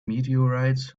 meteorites